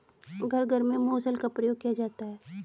घर घर में मुसल का प्रयोग किया जाता है